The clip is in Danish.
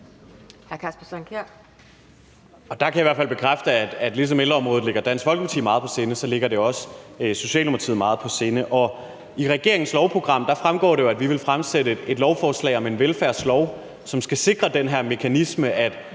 Der kan jeg i hvert fald bekræfte, at ligesom ældreområdet ligger Dansk Folkeparti meget på sinde, ligger det også Socialdemokratiet meget på sinde. I regeringens lovprogram fremgår det jo, at vi vil fremsætte et lovforslag om en velfærdslov, som skal sikre den her mekanisme: